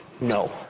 no